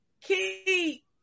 keep